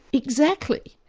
exactly.